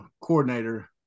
coordinator